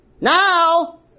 Now